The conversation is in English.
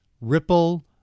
Ripple